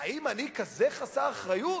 האם אני כזה חסר אחריות?